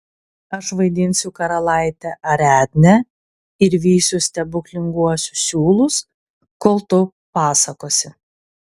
aš vaidinsiu karalaitę ariadnę ir vysiu stebuklinguosius siūlus kol tu pasakosi